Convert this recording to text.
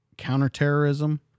counterterrorism